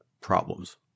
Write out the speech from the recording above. problems